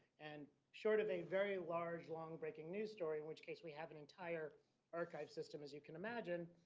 and short of a very large long breaking news story in which case we have an entire archive system as you can imagine,